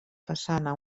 façana